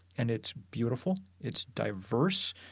and it's beautiful. it's diverse.